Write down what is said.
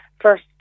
first